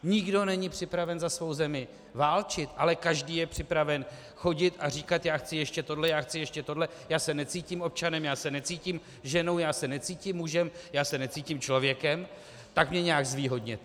Nikdo není připraven za svou zemi válčit, ale každý je připraven chodit a říkat: já chci ještě tohle, já chci ještě tohle, já se necítím občanem, já se necítím ženou, já se necítím mužem, já se necítím člověkem, tak mě nějak zvýhodněte.